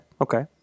okay